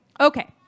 Okay